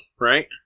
right